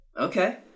Okay